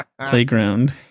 playground